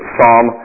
Psalm